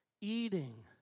eating